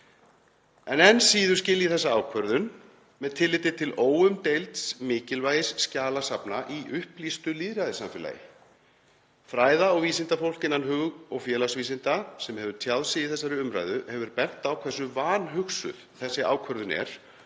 En enn síður skil ég þessa ákvörðun með tilliti til óumdeilds mikilvægis skjalasafna í upplýstu lýðræðissamfélagi. Fræða- og vísindafólk innan hug- og félagsvísinda, sem hefur tjáð sig í þessari umræðu, hefur bent á hversu vanhugsuð þessi ákvörðun er